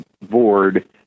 board